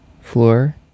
Floor